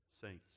saint's